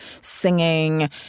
singing